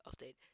update